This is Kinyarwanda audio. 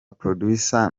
producers